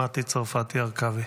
חברת הכנסת מטי צרפתי הרכבי.